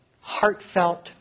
heartfelt